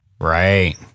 right